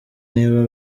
nibo